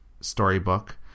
storybook